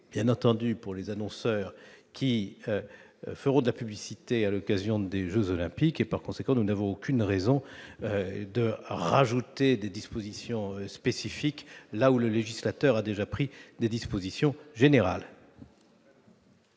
bien entendu pour les annonceurs qui feront de la publicité à l'occasion des Jeux olympiques, et par conséquent, nous n'avons aucune raison de rajouter des dispositions spécifiques, là où le législateur a déjà pris des dispositions générales.